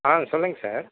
ஆ சொல்லுங்க சார்